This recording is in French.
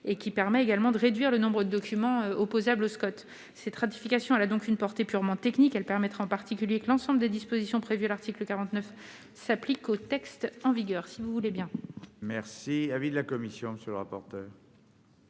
Elle permet également de réduire le nombre de documents opposables aux SCoT. Cette ratification a donc une portée purement technique : elle permettra en particulier que l'ensemble des dispositions prévues à l'article 49 s'appliquent aux textes en vigueur. Quel est l'avis de la commission des affaires